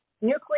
nuclear